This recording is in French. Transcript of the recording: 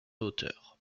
hauteur